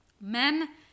men